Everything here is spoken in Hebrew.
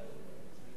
להנחיה,